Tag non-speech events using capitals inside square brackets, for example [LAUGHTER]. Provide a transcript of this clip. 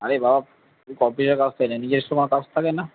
আরে বাবা অপিসের কাজ তো হয় [UNINTELLIGIBLE] নিজের সময় কাজ থাকে না